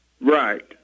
Right